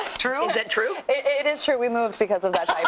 true? is it true? it is true, we moved because of that